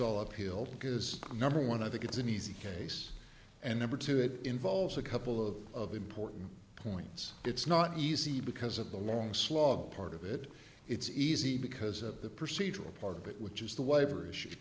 all uphill because number one i think it's an easy case and number two it involves a couple of of important points it's not easy because of the long slog part of it it's easy because of the procedural part of it which is the waiver is